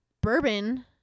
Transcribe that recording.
bourbon